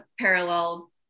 parallel